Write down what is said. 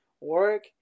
work